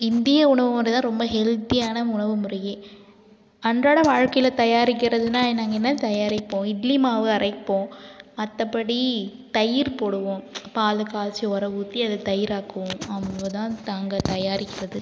இந்திய உணவுமுறை தான் ரொம்ப ஹெல்த்தியான உணவு முறையே அன்றாட வாழ்க்கையில் தயாரிக்குறதுன்னா நாங்கள் என்ன தயாரிப்போம் இட்லிமாவு அரைப்போம் மற்றபடி தயிர் போடுவோம் பாலைக்காச்சி ஒர ஊற்றி அதை தயிராக்குவோம் அவ்ளோ தான் தாங்க தயாரிக்கிறது